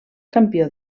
campió